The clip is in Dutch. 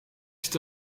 ziet